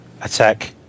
Attack